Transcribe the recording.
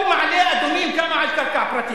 כל מעלה-אדומים קמה על קרקע פרטית,